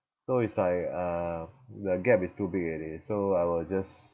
so it's like uh the gap is too big already so I will just